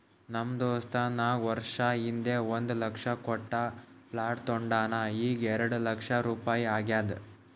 ನಮ್ ದೋಸ್ತ ನಾಕ್ ವರ್ಷ ಹಿಂದ್ ಒಂದ್ ಲಕ್ಷ ಕೊಟ್ಟ ಪ್ಲಾಟ್ ತೊಂಡಾನ ಈಗ್ಎರೆಡ್ ಲಕ್ಷ ರುಪಾಯಿ ಆಗ್ಯಾದ್